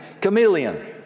chameleon